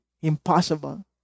impossible